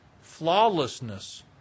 flawlessness